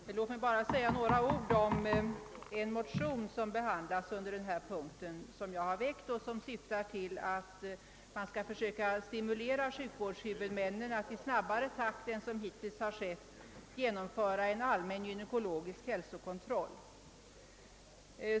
Herr talman! Jag vill säga några få ord om en av mig väckt motion, som behandlats under denna punkt och som syftar till att man skall försöka stimulera sjukvårdshuvudmännen att i snabbare takt än som hittills skett genomföra en allmän gynekologisk hälsokontroll.